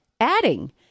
adding